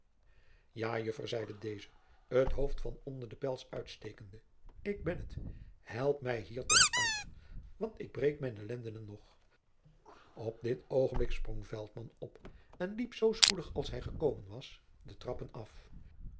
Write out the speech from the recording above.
juffer zeide deze het hoofd van onder jacob van lennep de pleegzoon den pels uitstekende ik ben het help mij hier toch uit want ik breek mijne lenden nog op dit oogenblik sprong veltman op en liep zoo spoedig als hij gekomen was de trappen af